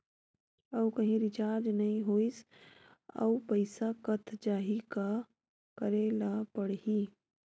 आऊ कहीं रिचार्ज नई होइस आऊ पईसा कत जहीं का करेला पढाही?